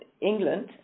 England